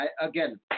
again